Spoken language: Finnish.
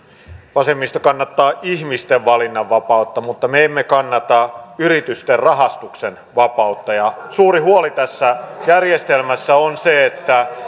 vasemmisto kannattaa ihmisten valinnanvapautta mutta me emme kannata yritysten rahastuksenvapautta suuri huoli tässä järjestelmässä on se että